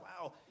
wow